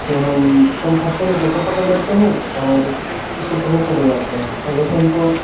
तो हम कम ख़र्चे में टोटो पकड़ लेते हैं और उसको पकड़ कर चले जाते हैं और जैसे हम को